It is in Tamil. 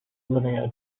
உண்மையான